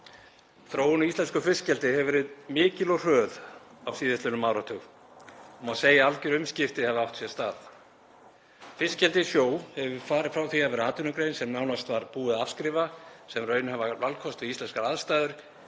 Þróun í íslensku fiskeldi hefur verið mikil og hröð á síðastliðnum áratug og má segja að alger umskipti hafi átt sér stað. Fiskeldi í sjó hefur farið frá því að vera atvinnugrein sem nánast var búið að afskrifa sem raunhæfan valkost við íslenskar aðstæður